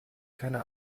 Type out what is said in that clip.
keine